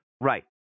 Right